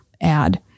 add